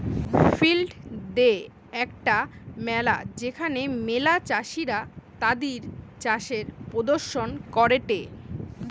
field day একটা মেলা যেখানে ম্যালা চাষীরা তাদির চাষের প্রদর্শন করেটে